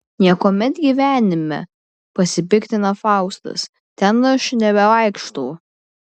niekuomet gyvenime pasipiktina faustas ten aš nebevaikštau